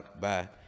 bye